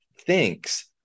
thinks